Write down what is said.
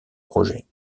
projet